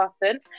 button